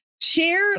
share